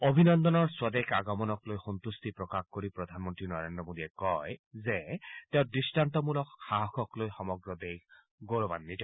অভিনন্দনৰ স্বদেশ আগমনক লৈ সন্তুষ্টি প্ৰকাশ কৰি প্ৰধানমন্ত্ৰী নৰেজ্ৰ মোদীয়ে কয় যে তেওঁৰ দৃষ্টান্তমূলক সাহসক লৈ সমগ্ৰ দেশ গৌৰাৱাঘিত